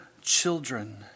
children